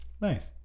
Nice